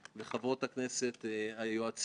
בעיניי יש פה דברים אקוטיים,